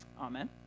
Amen